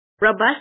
robust